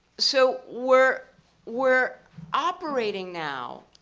so, we're we're operating now,